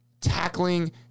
tackling